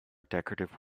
decorative